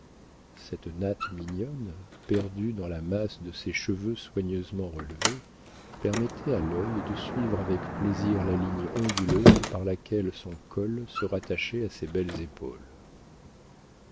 cette natte mignonne perdue dans la masse de ses cheveux soigneusement relevés permettait à l'œil de suivre avec plaisir la ligne onduleuse par laquelle son col se rattachait à ses belles épaules